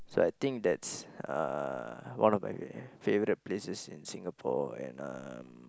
so I think that's uh one of my favourite places in Singapore and um